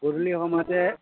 গধূলি সময়তে